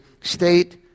state